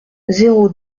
zéro